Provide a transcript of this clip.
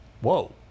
Whoa